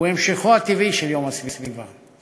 הוא המשכו הטבעי של יום הסביבה.